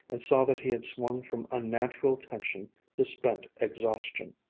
and saw that he had swung from unnatural tension to spent exhaustion.